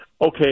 okay